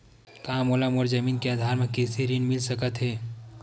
का मोला मोर जमीन के आधार म कृषि ऋण मिल सकत हे?